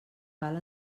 pal